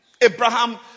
Abraham